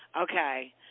Okay